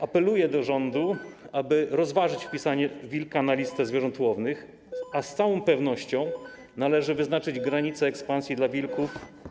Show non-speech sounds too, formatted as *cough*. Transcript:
Apeluję do rządu, *noise* aby rozważyć wpisanie wilka na listę zwierząt łownych, a z całą pewnością należy wyznaczyć granicę ekspansji dla wilków.